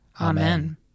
Amen